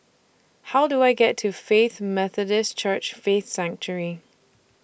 How Do I get to Faith Methodist Church Faith Sanctuary